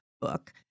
book